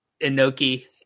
Inoki